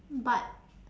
but